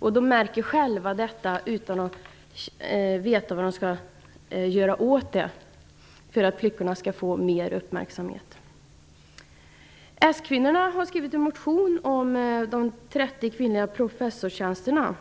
Lärarna märker själva detta utan att veta vad de skall göra för att flickorna skall få mer uppmärksamhet. De socialdemokratiska kvinnorna har skrivit en motion om de 30 kvinnliga professorstjänsterna.